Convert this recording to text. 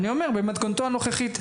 אני אומר במתכונתו הנוכחית.